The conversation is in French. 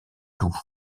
loups